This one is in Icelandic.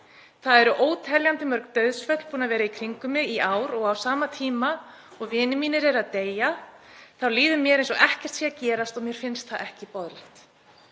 Það eru óteljandi mörg dauðsföll búin að vera í kringum mig í ár og á sama tíma og vinir mínir eru að deyja þá líður mér eins og ekkert sé að gerast og mér finnst það ekki boðlegt.